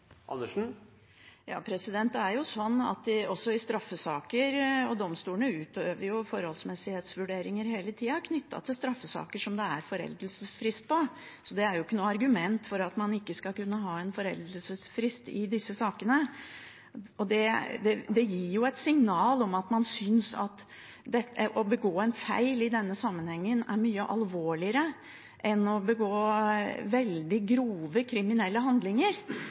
Det er jo sånn også i straffesaker; domstolene utøver forholdsmessighetsvurderinger hele tida knyttet til straffesaker som det er foreldelsesfrist på, så det er ikke noe argument for at man ikke skal kunne ha en foreldelsesfrist i disse sakene. Det gir et signal om at man synes at det å begå en feil i denne sammenhengen er mye alvorligere enn å begå veldig grove kriminelle handlinger.